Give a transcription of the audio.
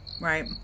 Right